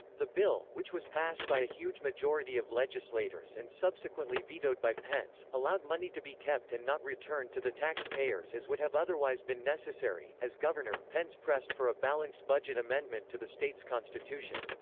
the bill, which was passed by a huge majority of legislators and subsequently vetoed by pence, allowed money to be kept and not returned to the tax payers as would have otherwise been necessary as governor, pence pressed for a balanced budget amendment to the state's constitution.